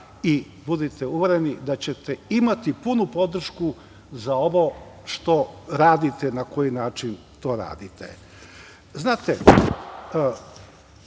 i budite uvereni da ćete imati punu podršku za ovo što radite i na koji način to radite. Moram